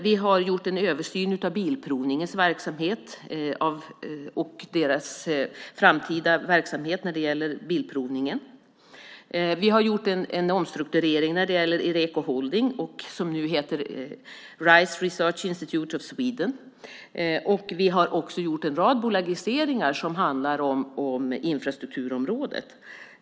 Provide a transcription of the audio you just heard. Vi har gjort en översyn av Bilprovningens verksamhet och den framtida verksamheten för Bilprovningen. Vi har gjort en omstrukturering när det gäller Ireco Holding, som nu heter RISE Research Institutes of Sweden. Vi har också gjort en rad bolagiseringar som handlar om infrastrukturområdet.